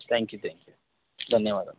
thank you ధన్యవాదాలు